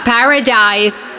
Paradise